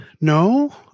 No